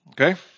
Okay